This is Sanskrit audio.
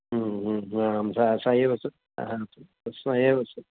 हा सा स एव तस्म एव सु